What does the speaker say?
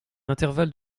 intervalle